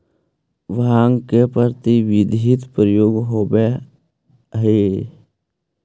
भाँग के अप्रतिबंधित प्रयोग होवऽ हलई